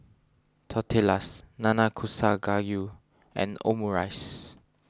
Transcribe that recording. Tortillas Nanakusa Gayu and Omurice